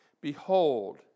Behold